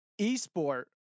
esport